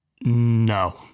No